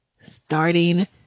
starting